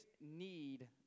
need